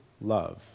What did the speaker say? love